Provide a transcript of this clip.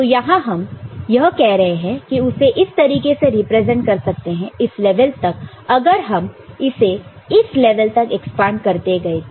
तो यहां हम यह कह रहे हैं कि उसे इस तरीके से रिप्रेजेंट कर सकते हैं इस लेवल तक अगर हम इसे इस लेवल तक एक्सपांड करते गए तो